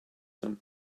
some